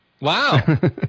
Wow